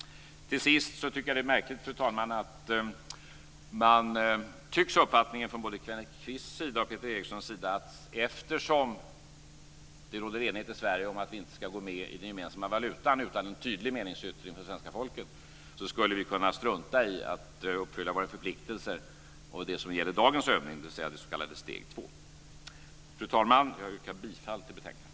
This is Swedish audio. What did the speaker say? Till sist tycker jag att det är märkligt, fru talman, att man både från Kenneth Kvists och från Peter Erikssons sida tycks ha uppfattningen att vi, eftersom det råder enighet i Sverige om att vi inte skall med i den gemensamma valutan utan en tydlig meningsyttring från det svenska folket, skulle kunna strunta i att uppfylla våra förpliktelser och det som gäller dagens övning, dvs. s.k. steg två. Fru talman! Jag yrkar bifall till utskottets hemställan.